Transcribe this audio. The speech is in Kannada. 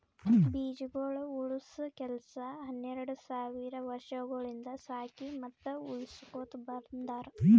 ಬೀಜಗೊಳ್ ಉಳುಸ ಕೆಲಸ ಹನೆರಡ್ ಸಾವಿರ್ ವರ್ಷಗೊಳಿಂದ್ ಸಾಕಿ ಮತ್ತ ಉಳುಸಕೊತ್ ಬಂದಾರ್